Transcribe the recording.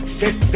sit